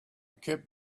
kept